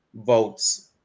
votes